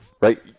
Right